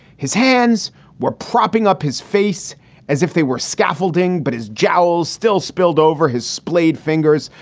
his hands were propping up his face as if they were scaffolding. but his jowls still spilled over his splayed fingers,